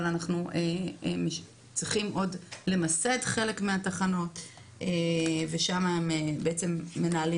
אבל צריכים למסד חלק מהתחנות שם הם מנהלים